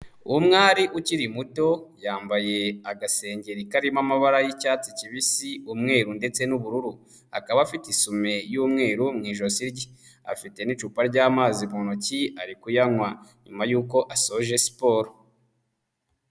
Umwari ukiri muto yambaye agasengeri karimo amabara y'icyatsi kibisi, umweru ndetse n'ubururu, akaba afite isume y'umweru mu ijosi rye, afite n'icupa ry'amazi mu ntoki ari kuyanywa nyuma yuko asoje siporo.